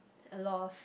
a lot of